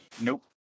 Nope